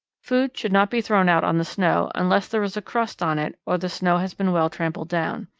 food should not be thrown out on the snow unless there is a crust on it or the snow has been well trampled down.